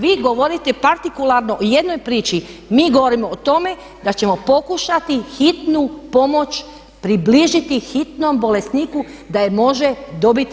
Vi govorite partikularno o jednoj priči, mi govorimo o tome da ćemo pokušati hitnu pomoć približiti hitnom bolesniku da je može dobiti.